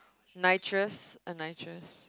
nitrous a nitrous